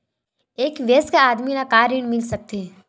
एक वयस्क आदमी ला का ऋण मिल सकथे?